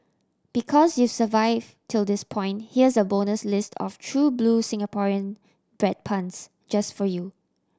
because you've survived till this point here's a bonus list of true blue Singaporean bread puns just for you